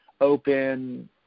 open